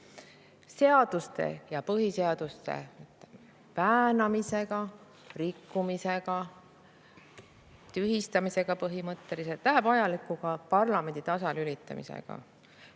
seaduste ja põhiseaduse väänamisega, rikkumisega, tühistamisega põhimõtteliselt, läheb ajalukku ka parlamendi tasalülitamisega